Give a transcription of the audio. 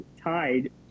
tied